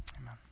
Amen